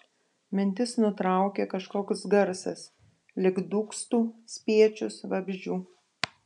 mintis nutraukė kažkoks garsas lyg dūgztų spiečius vabzdžių